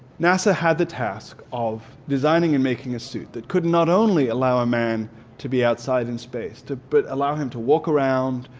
nasa had the task of designing and making a suit that could not only allow a man to be outside in space but allow him to walk around,